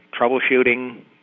troubleshooting